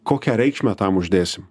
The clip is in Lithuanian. kokią reikšmę tam uždėsim